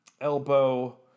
elbow